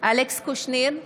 אלכס קושניר,